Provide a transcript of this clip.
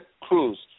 Cruz